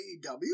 AEW